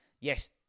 yes